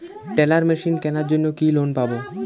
Teller machine কেনার জন্য কি লোন পাব?